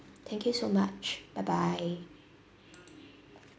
thank you so much bye bye